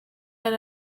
yari